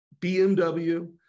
BMW